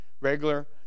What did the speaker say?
regular